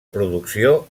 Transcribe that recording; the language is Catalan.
producció